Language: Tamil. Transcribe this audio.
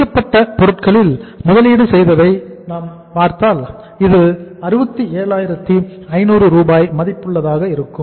முடிக்கப்பட்ட பொருட்களில் முதலீடு செய்ததை நாம் பார்த்தால் இது 67500 ரூபாய் மதிப்புள்ளதாக இருக்கும்